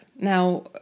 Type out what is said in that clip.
Now